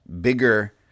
bigger